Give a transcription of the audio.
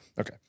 okay